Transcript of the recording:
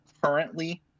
currently